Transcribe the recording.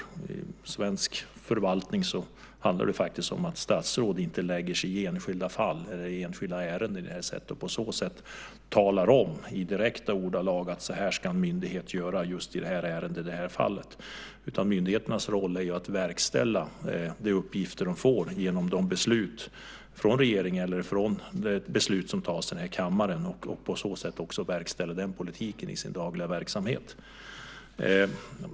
I svensk förvaltning handlar det om att statsråd inte lägger sig i enskilda fall eller enskilda ärenden och i direkta ordalag talar om att så här ska en myndighet göra i just det här ärendet. Myndigheternas roll är ju att verkställa de uppgifter de får genom beslut av regeringen eller genom beslut som fattas i den här kammaren. På så sätt verkställer de också den politiken i sin dagliga verksamhet.